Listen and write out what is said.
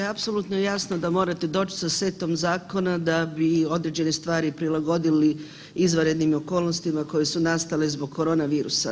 Apsolutno je jasno da morate doć sa setom zakona da bi određene stvari prilagodili izvanrednim okolnostima koje su nastale zbog korona virusa.